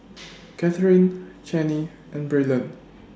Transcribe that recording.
Katherine Channie and Braylen